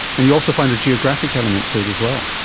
and you also found a geographic element to it as well.